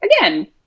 again